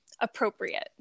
appropriate